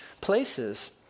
places